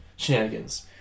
Shenanigans